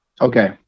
okay